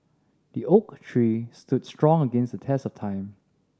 the oak tree stood strong against the test of time